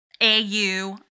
AU